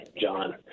John